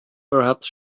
perhaps